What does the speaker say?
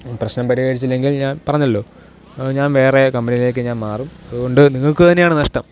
പ്രശ്നം പരിഹരിച്ചില്ലെങ്കില് ഞാന് പറഞ്ഞല്ലോ ഞാന് വേറേ കമ്പനിയിലേക്ക് ഞാന് മാറും അതുകൊണ്ട് നിങ്ങൾക്ക് തന്നെയാണ് നഷ്ടം